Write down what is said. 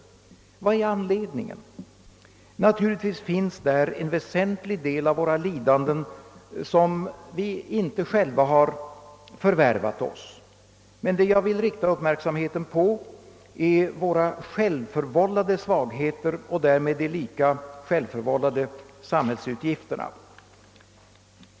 Vad är anledningen? En väsentlig del av våra lidanden har vi naturligtvis inte själva förvärvat oss, men det jag vill rikta uppmärksamheten på är våra självförvållade svagheter och därmed de lika självförvållade samhällsutgifterna.